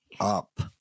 up